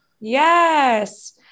Yes